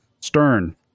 Stern